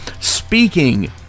speaking